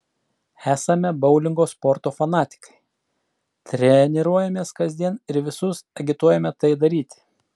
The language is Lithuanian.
esame boulingo sporto fanatikai treniruojamės kasdien ir visus agituojame tai daryti